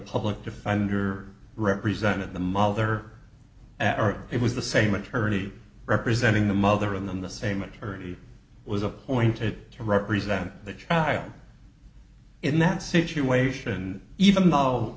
public defender represented the mother at our it was the same attorney representing the mother in the same attorney was appointed to represent the child in that situation even though